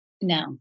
No